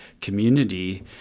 community